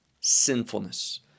sinfulness